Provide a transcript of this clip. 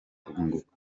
kunguka